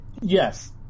yes